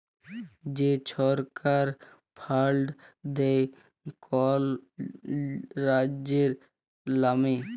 যে ছরকার ফাল্ড দেয় কল রাজ্যের লামে